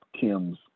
Kim's